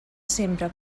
sempre